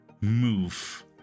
move